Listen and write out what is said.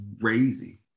crazy